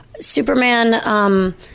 Superman